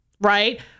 right